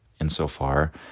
insofar